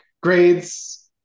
grades